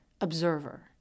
observer